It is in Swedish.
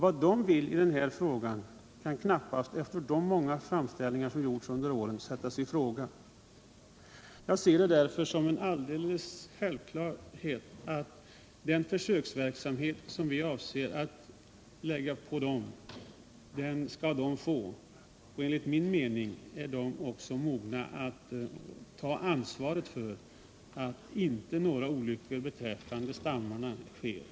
Vad den gruppen vill i den här frågan kan knappast sättas i fråga — efter de många framställningar som gjorts under åren. Jag ser det därför som en självklarhet att de skall få bedriva den försöksverksamhet som vi enligt propositionen avser att lägga på dem. Enligt min mening är de också mogna att ta ansvaret för att inte några olyckor beträffande stammarna sker.